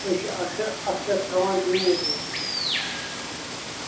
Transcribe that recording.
أسۍ چھِ اَکثر اَکثر تھاوان زیوٗٹھ یہِ